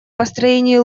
построении